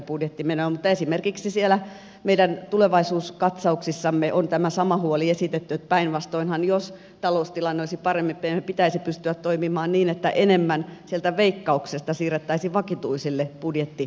mutta esimerkiksi siellä meidän tulevaisuuskatsauksissamme on tämä sama huoli esitetty että päinvastoinhan jos taloustilanne olisi parempi meidän pitäisi pystyä toimimaan niin että enemmän veikkauksesta siirrettäisiin vakituisille budjettimomenteille